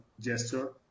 gesture